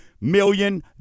million